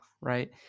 right